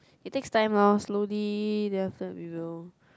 it takes time lor slowly then after that we will